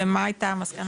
ומה הייתה המסקנה?